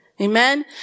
Amen